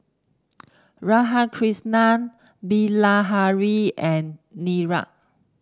Radhakrishnan Bilahari and Niraj